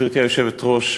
גברתי היושבת-ראש,